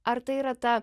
ar tai yra ta